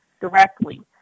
directly